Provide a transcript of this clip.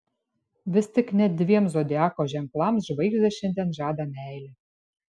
vis tik net dviem zodiako ženklams žvaigždės šiandien žadą meilę